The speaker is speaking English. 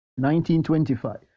1925